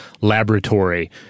laboratory